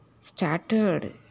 started